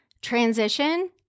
transition